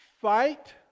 Fight